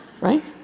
right